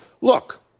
Look